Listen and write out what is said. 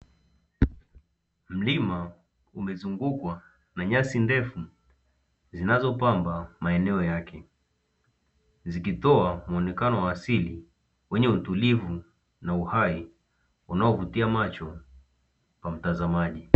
Mlima umezungukwa na nyasi ndefu zinazopamba maeneo yake zikitoa muonekano wa asili wenye utulivu na uhai unaovutia macho kwa mtazamaji.